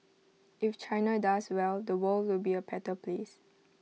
if China does well the world will be A better place